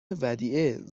ودیعه